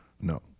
No